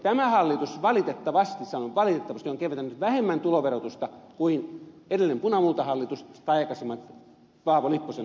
tämä hallitus valitettavasti sanon valitettavasti on keventänyt vähemmän tuloverotusta kuin edellinen punamultahallitus tai aikaisemmat paavo lipposen hallitukset